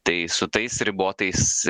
tai su tais ribotais